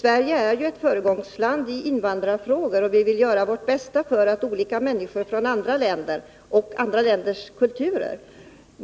Sverige är ju ett föregångsland i invandrarfrågor, och vi vill göra vårt bästa för att hjälpa människor från andra länder och kulturer.